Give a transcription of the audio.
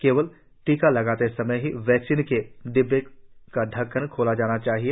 केवल टीका लगाते समय ही वैक्सीन के डिब्बे का ढक्कन खोला जाना चाहिए